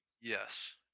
Yes